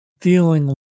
feeling